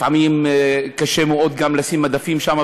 לפעמים קשה מאוד לשים מדפים שם,